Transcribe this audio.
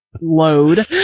load